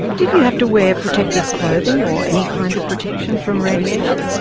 did you have to wear protective clothing or any kind of protection from radiation?